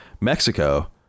Mexico